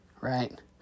right